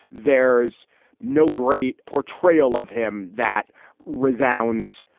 there's no great portrayal of him that resounds.